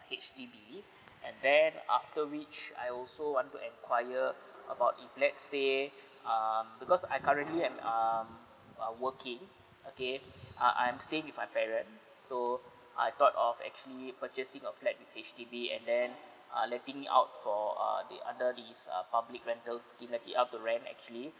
H_D_B and then after which I also want to enquire about let's say um because I currently am um uh working okay uh I'm staying with my parent so I thought of actually purchasing a flat with H_D_B and then uh letting out for uh the under this uh public rental scheme like give out to rent actually